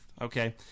Okay